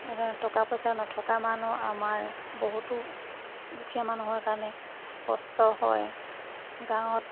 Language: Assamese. এনেদৰে টকা পইচা নথকা মানুহ আমাৰ বহুতো দুখীয়া মানুহৰ কাৰণে কষ্ট হয় গাঁৱত